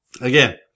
Again